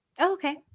Okay